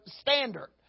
standard